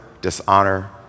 dishonor